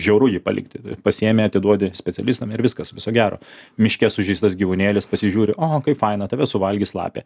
žiauru jį palikti pasiėmi atiduodi specialistam ir viskas viso gero miške sužeistas gyvūnėlis pasižiūri o kaip faina tave suvalgys lapė